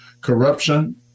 corruption